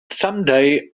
someday